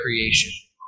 creation